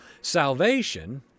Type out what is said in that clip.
salvation